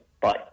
Bye